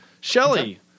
Shelly